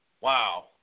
Wow